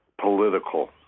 political